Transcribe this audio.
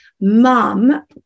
mum